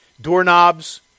doorknobs